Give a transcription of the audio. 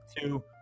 two